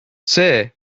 see